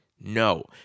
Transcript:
No